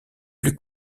plus